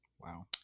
Wow